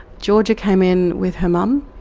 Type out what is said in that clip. georgia came in with her mum.